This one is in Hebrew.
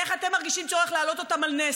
איך אתם מרגישים צורך להעלות אותם על נס?